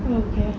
you okay